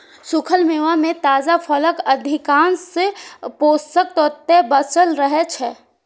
सूखल मेवा मे ताजा फलक अधिकांश पोषक तत्व बांचल रहै छै